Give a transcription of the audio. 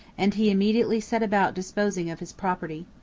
and he immediately set about disposing of his property.